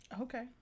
Okay